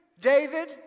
David